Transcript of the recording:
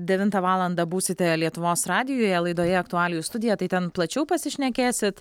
devintą valandą būsite lietuvos radijuje laidoje aktualijų studija tai ten plačiau pasišnekėsit